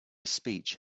speech